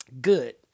Good